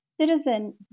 citizen